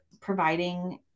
providing